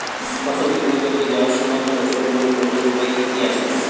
ফসল বিক্রি করতে যাওয়ার সময় খরচের পরিমাণ কমানোর উপায় কি কি আছে?